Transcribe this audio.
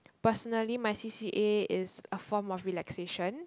personally my C_C_A is a form of relaxation